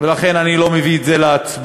ולכן אני לא מביא את זה להצבעה.